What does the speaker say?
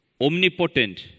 omnipotent